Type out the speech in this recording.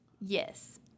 Yes